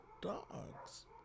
dogs